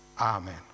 Amen